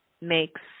makes